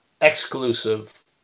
exclusive